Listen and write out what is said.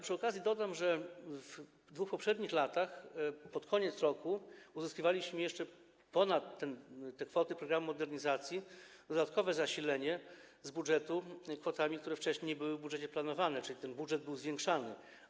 Przy okazji dodam, że w poprzednich 2 latach pod koniec roku uzyskiwaliśmy jeszcze ponad te kwoty programu modernizacji dodatkowe zasilenie z budżetu kwotami, które wcześniej nie były w budżecie planowane, czyli ten budżet był zwiększany.